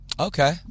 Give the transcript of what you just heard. Okay